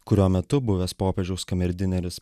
kurio metu buvęs popiežiaus kamerdineris